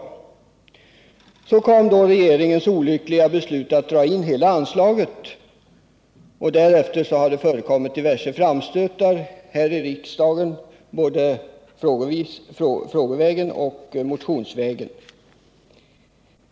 Så kom då regeringens olyckliga beslut att dra in hela anslaget. Därefter har det förekommit diverse framstötar här i riksdagen både frågevägen och Om ANT-verksammotionsvägen.